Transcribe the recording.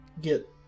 get